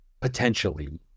Potentially